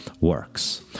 works